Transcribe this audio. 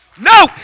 No